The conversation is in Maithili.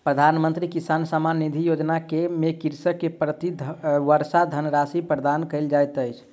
प्रधानमंत्री किसान सम्मान निधि योजना में कृषक के प्रति वर्ष धनराशि प्रदान कयल जाइत अछि